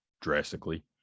drastically